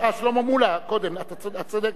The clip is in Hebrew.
שלמה מולה קודם, את צודקת.